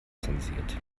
zensiert